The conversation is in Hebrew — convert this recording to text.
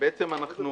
בעצם אנחנו